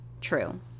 True